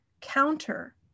counter